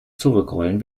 zurückrollen